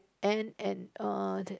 and and uh that